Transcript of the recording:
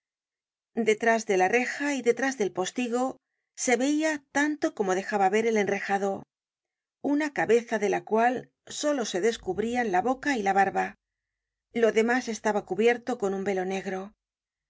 detrás de la reja y detrás del postigo se veia tanto como dejaba ver el enrejado una cabeza de la cual solo se descubrían la boca y la barba lo demás estaba cubierto con un velo negro